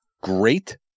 Great